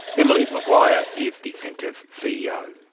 emily maguire is the centre's ceo.